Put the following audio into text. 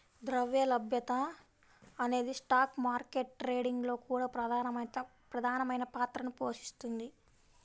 ద్రవ్య లభ్యత అనేది స్టాక్ మార్కెట్ ట్రేడింగ్ లో కూడా ప్రధానమైన పాత్రని పోషిస్తుంది